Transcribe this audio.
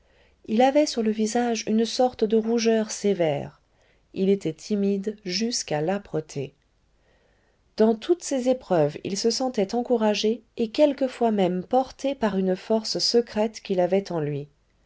il avait sur le visage une sorte de rougeur sévère il était timide jusqu'à l'âpreté dans toutes ses épreuves il se sentait encouragé et quelquefois même porté par une force secrète qu'il avait en lui